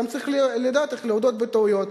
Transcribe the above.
גם צריך לדעת איך להודות בטעויות.